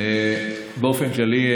באופן כללי,